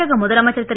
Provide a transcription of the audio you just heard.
தமிழக முதலமைச்சர் திரு